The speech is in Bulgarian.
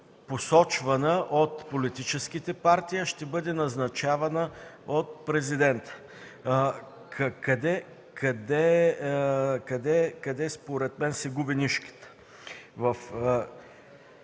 посочвана от политическите партии, а ще бъде назначавана от Президента. Къде според мен се губи нишката. В